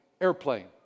airplane